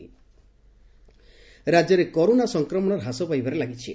corona Odisha ରାକ୍ୟରେ corona ସଂକ୍ରମଣ ହ୍ରାସ ପାଇବାରେ ଲାଗିଛି